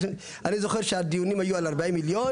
אני זוכר שהדיונים היו על 40 מיליון